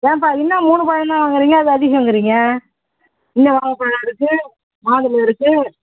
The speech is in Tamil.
ஏன்ப்பா என்ன மூணு பழம் தான் வாங்குறீங்க அது அதிகங்குறீங்க இன்னும் வாழைப்பழம் இருக்குது மாதுளை இருக்குது